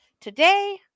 today